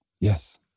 Yes